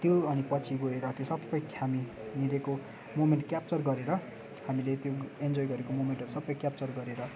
त्यो अनि पछि गएर त्यो सबै के हामी हिँडेको मुमेन्ट क्याप्चर गरेर हामीले त्यो इन्जोय गरेको मुभमेन्टहरू सबै क्याप्चर गरेर